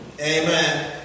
Amen